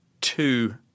two